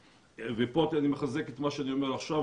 פה אני מחזק את מה שאני אומר עכשיו.